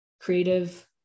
creative